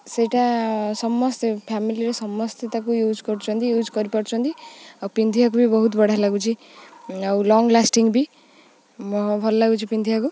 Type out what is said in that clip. ସେଇଟା ସମସ୍ତେ ଫ୍ୟାମିଲିରେ ସମସ୍ତେ ତାକୁ ୟୁଜ୍ କରୁଛନ୍ତି ୟୁଜ୍ କରିପାରୁଛନ୍ତି ଆଉ ପିନ୍ଧିବାକୁ ବି ବହୁତ ବଢ଼ିଆ ଲାଗୁଛି ଆଉ ଲଙ୍ଗ୍ ଲାଷ୍ଟିଙ୍ଗ୍ ବି ଭଲ ଲାଗୁଛି ପିନ୍ଧିବାକୁ